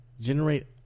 generate